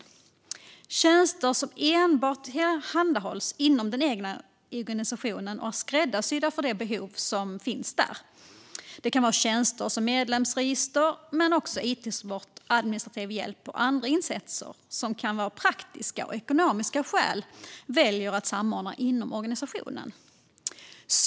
Det handlar om tjänster som enbart tillhandahålls inom den egna organisationen och är skräddarsydda för de behov som finns där, till exempel medlemsregister, it-support, administrativ hjälp och andra insatser som man av praktiska och ekonomiska skäl väljer att samordna inom organisationerna.